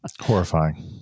Horrifying